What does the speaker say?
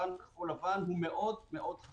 כיצרן כחול לבן, הוא מאוד מאוד חשוב.